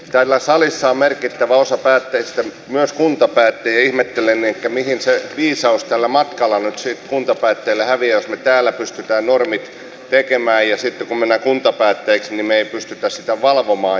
täällä salissa on merkittävä osa päättäjistä myös kuntapäättäjiä ja ihmettelen mihin se viisaus tällä matkalla nyt sitten kuntapäättäjillä häviää jos me täällä pystymme normit tekemään ja sitten kun mennään kuntapäättäjiksi me emme pysty sitä valvomaan